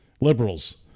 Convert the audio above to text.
Liberals